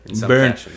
Burn